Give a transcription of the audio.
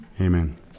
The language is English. Amen